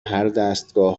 هردستگاه